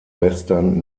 western